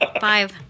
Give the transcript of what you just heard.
Five